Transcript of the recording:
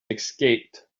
escaped